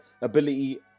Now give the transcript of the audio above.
ability